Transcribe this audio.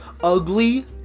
Ugly